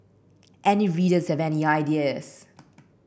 any readers have any ideas